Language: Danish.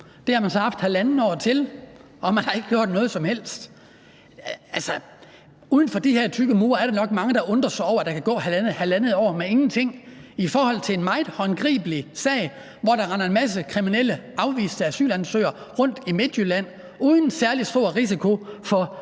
Det har man så haft halvandet år til, og man har ikke gjort noget som helst. Uden for de her tykke mure er der nok mange, der undrer sig over, at der kan gå halvandet år med ingenting i forhold til en meget håndgribelig sag, hvor der render en masse kriminelle afviste asylansøgere rundt i Midtjylland uden særlig stor risiko for